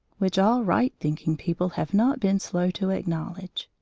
which all right-thinking people have not been slow to acknowledge.